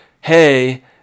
Hey